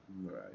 Right